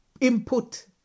input